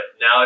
Now